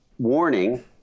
warning